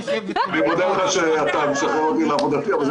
אני מודה לך שאתה משחרר אותי לעבודתי, אבל זה